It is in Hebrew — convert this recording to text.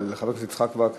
אבל חבר הכנסת יצחק וקנין,